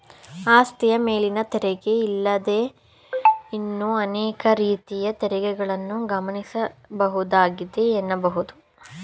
ಆಸ್ತಿಯ ಮೇಲಿನ ತೆರಿಗೆ ಇದಲ್ಲದೇ ಇನ್ನೂ ಅನೇಕ ರೀತಿಯ ತೆರಿಗೆಗಳನ್ನ ಗಮನಿಸಬಹುದಾಗಿದೆ ಎನ್ನಬಹುದು